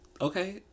okay